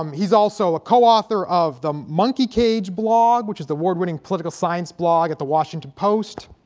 um he's also a co-author of the monkey cage blog, which is the award-winning political science blog at the washington post